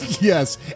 Yes